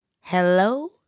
Hello